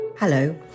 Hello